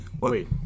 wait